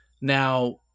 Now